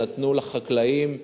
שנתנו לחקלאים,